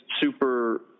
super